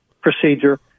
procedure